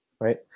right